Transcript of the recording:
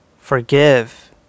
forgive